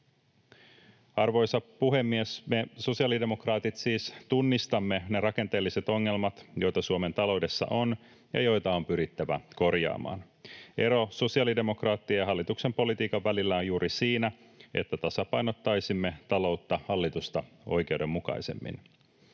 Arvoisa puhemies! Me sosiaalidemokraatit siis tunnistamme ne rakenteelliset ongelmat, joita Suomen taloudessa on ja joita on pyrittävä korjaamaan. Ero sosiaalidemokraattien ja hallituksen politiikan välillä on juuri siinä, että tasapainottaisimme taloutta hallitusta oikeudenmukaisemmin.